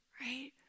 right